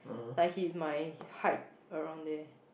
like he's my height around there